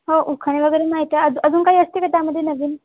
हो उखाणे वगैरे माहीत आहे अजून अजून काही असते का त्यामध्ये नवीन